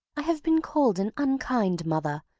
i have been called an unkind mother,